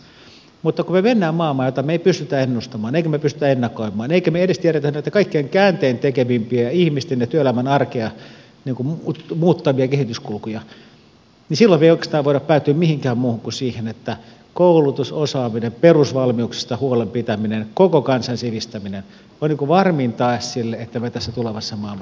mutta kun me menemme maailmaan jota me emme pysty ennustamaan emmekä pysty ennakoimaan emmekä me edes tiedä näitä kaikkein käänteentekevimpiä ihmisten ja työelämän arkea muuttavia kehityskulkuja niin silloin me emme voi oikeastaan päätyä mihinkään muuhun kuin siihen että koulutus osaaminen perusvalmiuksista huolen pitäminen koko kansan sivistäminen ovat varmin tae sille että me tässä tulevassa maailmassa pärjäämme